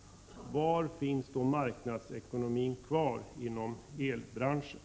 Var finns då marknadsekonomin kvar inom elbranschen?